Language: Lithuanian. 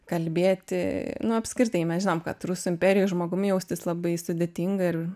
kalbėti apskritai mes žinom kad rusų imperijoj žmogumi jaustis labai sudėtinga ir